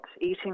eating